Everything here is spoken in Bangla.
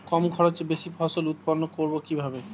কম খরচে বেশি ফসল উৎপন্ন করব কিভাবে?